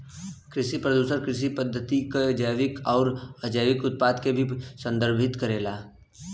कृषि प्रदूषण कृषि पद्धति क जैविक आउर अजैविक उत्पाद के भी संदर्भित करेला